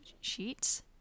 sheets